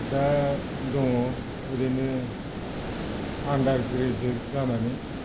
दा दङ ओरैनो आन्डार ग्रेजुवेट जानानै